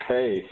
Hey